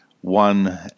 one